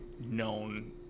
known